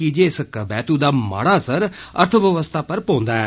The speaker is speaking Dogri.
किजे इस कबैतू दा माड़ा असर अर्थव्यवस्था पर पौहदां ऐ